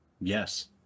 Yes